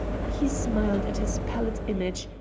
he smiled at his pallid image,